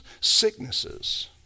sicknesses